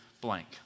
blank